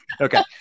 Okay